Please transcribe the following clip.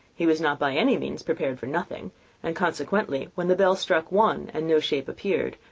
he was not by any means prepared for nothing and, consequently, when the bell struck one, and no shape appeared,